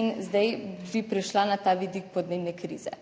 in zdaj bi prišla na ta vidik podnebne krize,